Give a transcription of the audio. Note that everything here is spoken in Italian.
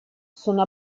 sono